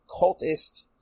cultist